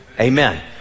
amen